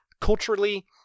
culturally